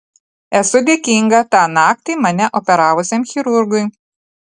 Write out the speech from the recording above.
esu dėkinga tą naktį mane operavusiam chirurgui